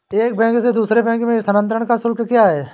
एक बैंक से दूसरे बैंक में स्थानांतरण का शुल्क क्या है?